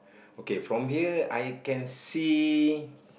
okay from here I can see